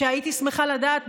שהייתי שמחה לדעת,